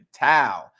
Tao